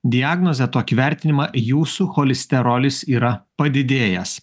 diagnozę tokį vertinimą jūsų cholesterolis yra padidėjęs